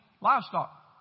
livestock